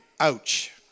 Ouch